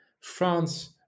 France